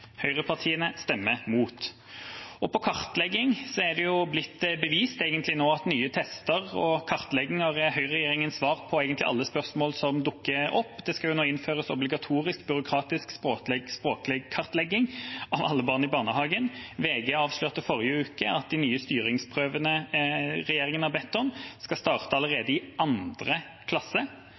Høyrepartiene stemmer imot. Når det gjelder kartlegging, er det jo bevist nå at nye tester og kartlegginger er høyreregjeringas svar på egentlig alle spørsmål som dukker opp. Det skal nå innføres obligatorisk, byråkratisk språklig kartlegging av alle barn i barnehagen. VG avslørte i forrige uke at de nye styringsprøvene regjeringa har bedt om, skal starte allerede i 2. klasse,